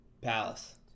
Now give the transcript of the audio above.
Palace